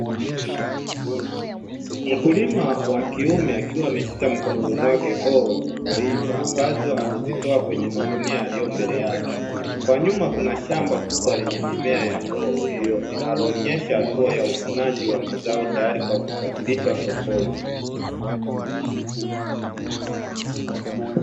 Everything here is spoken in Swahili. Mkulima wa kiume akiwa ameshika mkononi mwake hoho zilizoiva ambazo amezitoa kwenye magunia yaliyo mbele yake. Kwa nyuma kuna shamba kubwa lenye mimea ya hoho linaloonyesha hatua ya uvunaji wa mazao tayari kwa kusafirishwa sokoni.